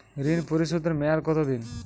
ঋণ পরিশোধের মেয়াদ কত দিন?